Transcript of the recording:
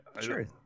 Sure